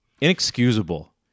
inexcusable